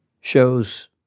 shows